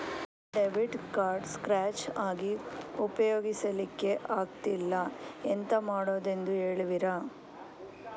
Debit card scratch ಆಗಿ ಉಪಯೋಗಿಸಲ್ಲಿಕ್ಕೆ ಆಗ್ತಿಲ್ಲ, ಎಂತ ಮಾಡುದೆಂದು ಹೇಳುವಿರಾ?